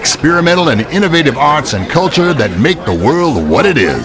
experimental and innovative arts and culture that make the world what it is